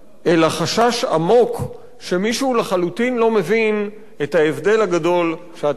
אלא חשש עמוק שמישהו לחלוטין לא מבין את ההבדל הגדול שאתה,